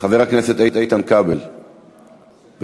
חבר הכנסת איתן כבל, בבקשה,